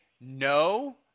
no